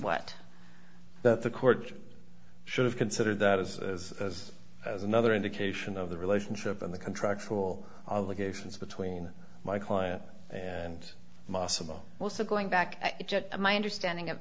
what that the court should have considered that as as as as another indication of the relationship and the contractual obligations between my client and mosse about also going back to my understanding of